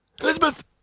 Elizabeth